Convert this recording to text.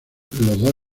dos